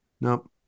Nope